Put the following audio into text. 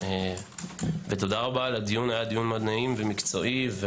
תודה רבה על הדיון הנעים והמקצועי.